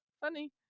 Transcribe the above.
Funny